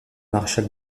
maréchal